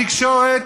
התקשורת,